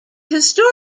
historic